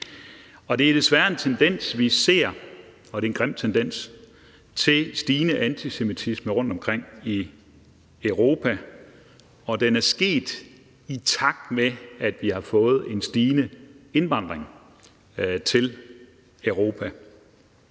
Det er desværre en grim tendens til en stigende antisemitisme, vi ser rundtomkring i Europa, og den er sket, i takt med at vi har fået en stigende indvandring til Europa,